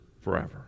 forever